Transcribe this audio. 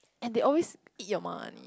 and they always eat your money